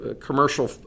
commercial